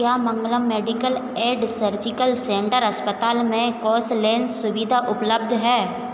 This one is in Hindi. क्या Mangalam medical and surgical centre अस्पताल में कोशलेंस सुविधा उपलब्ध है